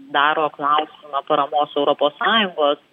daro klausimą paramos europos sąjungos